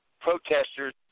protesters